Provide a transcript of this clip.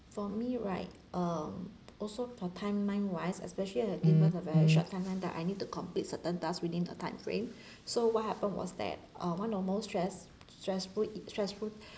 for me right um also for timeline wise especially when I were given a very short timeline that I need to complete certain tasks within the time frame so what happened was that uh one I was most stress stressful e~ stressful